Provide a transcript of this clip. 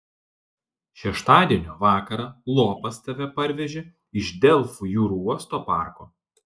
šeštadienio vakarą lopas tave parvežė iš delfų jūrų uosto parko